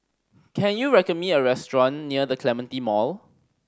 can you recommend me a restaurant near The Clementi Mall